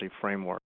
framework